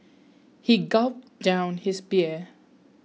he gulped down his beer